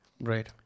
Right